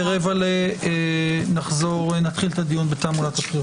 הישיבה ננעלה בשעה